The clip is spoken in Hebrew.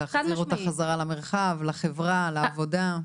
להחזיר אותך חזרה למרחב, לחברה, לעבודה.